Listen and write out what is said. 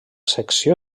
secció